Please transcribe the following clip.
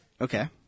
Okay